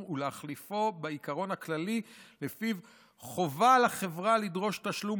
ולהחליפו בעיקרון הכללי שלפיו חובה על החברה לדרוש תשלום